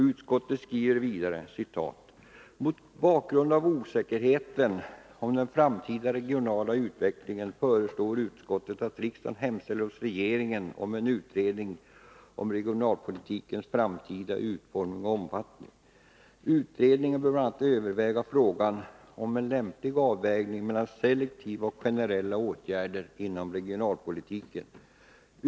Utskottet skriver vidare: ”Mot bakgrund av osäkerheten om den framtida regionala utvecklingen föreslår utskottet att riksdagen hemställer hos regeringen om en utredning om regionalpolitikens framtida utformning och omfattning. Utredningen bör bl.a. överväga frågan om en lämplig avvägning mellan selektiva och generella åtgärder inom regionalpolitiken.